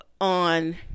on